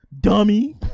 Dummy